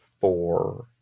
Four